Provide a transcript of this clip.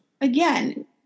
again